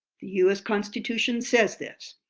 the us constitution says this